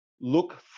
look